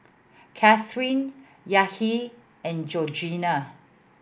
Kathryn Yahir and Georgiann